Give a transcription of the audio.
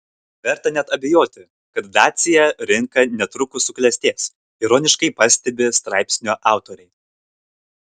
neverta net abejoti kad dacia rinka netrukus suklestės ironiškai pastebi straipsnio autoriai